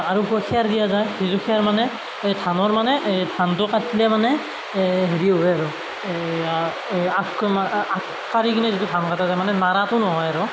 আৰু পুৱা খেৰ দিয়া যায় যিটো খেৰ মানে এই ধানৰ মানে এই ধানটো কাটিলে মানে এই হেৰি হয় আৰু এই আগ কাঢ়ি কিনে যিটো ধান কটা যায় মানে নৰাটো নহয় আৰু